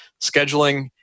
Scheduling